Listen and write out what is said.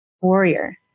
warrior